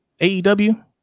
AEW